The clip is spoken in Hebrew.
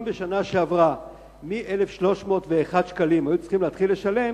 אם בשנה שעברה מ-1,301 ש"ח היו צריכים להתחיל לשלם,